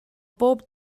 bob